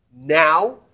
now